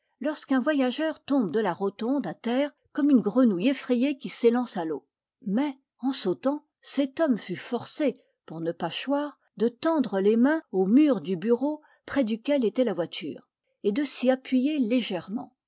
lorsqu'un voyageur tombe de la rotonde à terre comme une grenouille effrayée qui s'élance à l'eau mais en sautant cet homme fut forcé pour ne pas choir de tendre les mains au mur du bureau près duquel était la voiture et de s'y appuyer légèrement